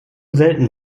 selten